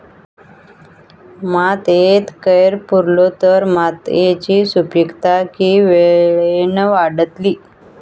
मातयेत कैर पुरलो तर मातयेची सुपीकता की वेळेन वाडतली?